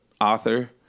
author